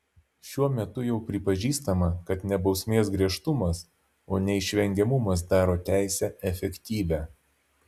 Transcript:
šiuo metu jau pripažįstama kad ne bausmės griežtumas o neišvengiamumas daro teisę efektyvią